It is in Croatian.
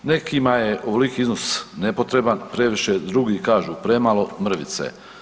Nekima je ovoliki iznos nepotreban, previše, drugi kažu premalo, mrvice.